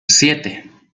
siete